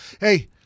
hey